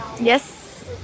Yes